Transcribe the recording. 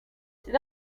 c’est